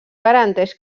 garanteix